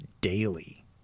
daily